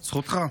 זכותך.